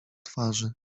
twarzy